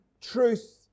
truth